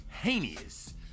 heinous